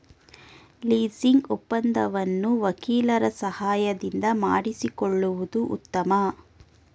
leasing ಒಪ್ಪಂದವನ್ನು ವಕೀಲರ ಸಹಾಯದಿಂದ ಮಾಡಿಸಿಕೊಳ್ಳುವುದು ಉತ್ತಮ